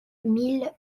mille